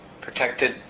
Protected